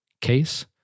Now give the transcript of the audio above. case